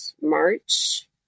March